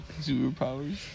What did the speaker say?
superpowers